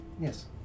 Yes